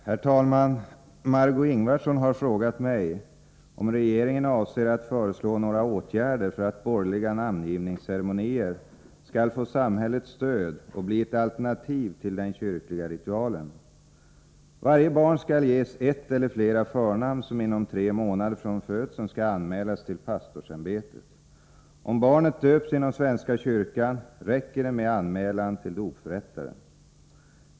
Herr talman! Margö Ingvardsson har frågat mig om regeringen avser att föreslå några åtgärder för att borgerliga namngivningsceremonier skall få samhällets stöd och bli ett alternativ till den kyrkliga ritualen. Varje barn skall ges ett eller flera förnamn som inom tre månader från födseln skall anmälas till pastorsämbetet. Om barnet döps inom svenska kyrkan, räcker det med anmälan till dopförrättaren.